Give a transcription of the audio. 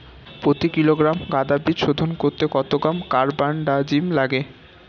প্রতি কিলোগ্রাম গাঁদা বীজ শোধন করতে কত গ্রাম কারবানডাজিম লাগে?